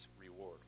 reward